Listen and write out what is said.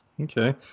okay